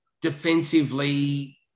defensively